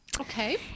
Okay